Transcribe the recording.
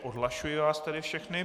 Odhlašuji vás tedy všechny.